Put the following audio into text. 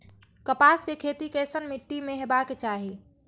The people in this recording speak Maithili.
कपास के खेती केसन मीट्टी में हेबाक चाही?